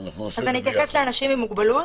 אני אתייחס לאנשים עם מוגבלויות.